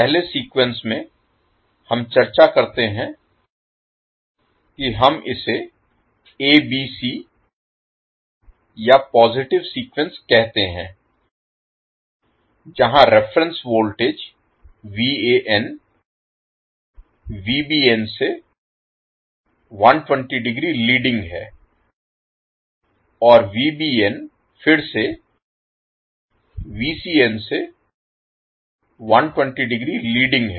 पहले सीक्वेंस में हम चर्चा करते हैं कि हम इसे एबीसी या पॉजिटिव सीक्वेंस कहते हैं जहां रिफरेन्स वोल्टेज से 120 डिग्री लीडिंग है और फिर से से 120 डिग्री लीडिंग है